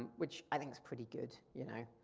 and which i think is pretty good, you know.